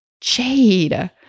Jade